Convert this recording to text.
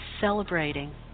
celebrating